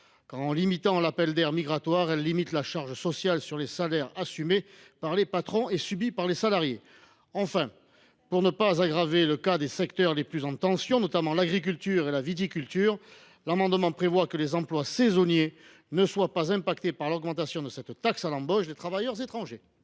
En limitant l’appel d’air migratoire, elle allège la charge sociale sur les salaires assumée par les patrons et subie par les salariés. Enfin, pour ne pas aggraver le cas des secteurs les plus en tension, notamment l’agriculture et la viticulture, je prévois que les emplois saisonniers ne seront pas concernés par l’augmentation de cette taxe à l’embauche des travailleurs étrangers.